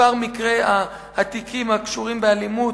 מספר התיקים הקשורים באלימות,